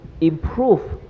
improve